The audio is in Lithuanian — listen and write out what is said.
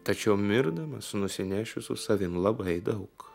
tačiau mirdamas nusinešiu su savim labai daug